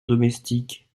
domestique